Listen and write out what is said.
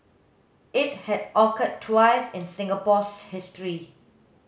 it had occurred twice in Singapore's history